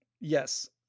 Yes